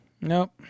Nope